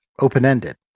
open-ended